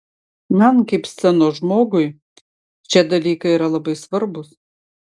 man kaip scenos žmogui šie dalykai yra labai svarbūs